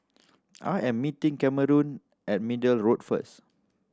I am meeting Cameron at Middle Road first